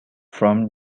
from